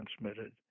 transmitted